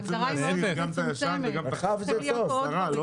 עכשיו זה טוב.